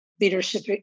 leadership